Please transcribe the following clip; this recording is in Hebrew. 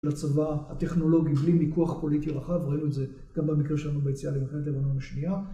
לצבא הטכנולוגי בלי מיקוח פוליטי רחב, ראינו את זה גם במקרה שלנו ביציאה למלחמת לבנון השנייה.